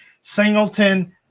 Singleton